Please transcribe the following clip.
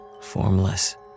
formless